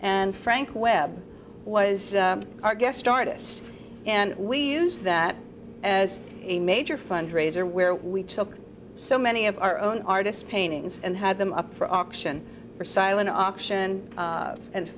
and frank webb was our guest artist and we use that as a major fundraiser where we took so many of our own artists paintings and had them up for auction for silent auction a